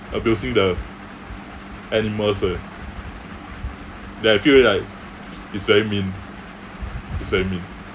abusing the animals eh then I feel like it's very mean it's very mean